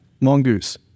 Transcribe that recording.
mongoose